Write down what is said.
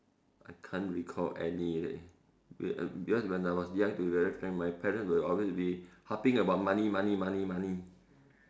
I can't recall any leh because when I was young to be very frank my parents will always be harping about money money money money